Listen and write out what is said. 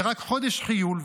זה רק חודש חיול,